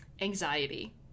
Anxiety